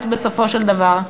בסופו של דבר,